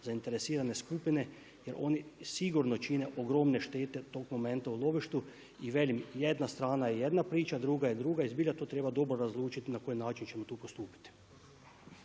zainteresirane skupine jer oni sigurno čine ogromne štete tog momenta u lovištu. I velim, jedna strana je jedna priča, druga je druga i zbilja to treba dobro razlučiti na koji način ćemo tu postupiti.